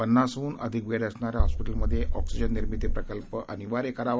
पन्नासहन अधिक बेड असणाऱ्या हॉस्पिटलमध्ये ऑक्सिजन निर्मिती प्रकल्प अनिवार्य करावा